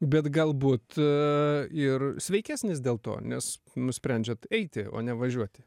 bet galbūt ir sveikesnis dėl to nes nusprendžiat eiti o ne važiuoti